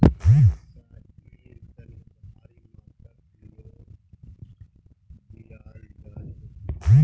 व्यवसाइर तने भारी मात्रात लोन दियाल जा छेक